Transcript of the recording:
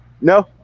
no